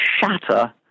shatter